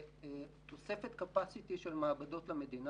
זה תוספת capacity של מעבדות למדינה.